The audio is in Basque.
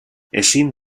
ezin